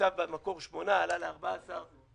תוקצבו במקור ב-8 מיליארד ועלו ל-14 מיליארד,